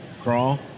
crawl